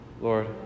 Lord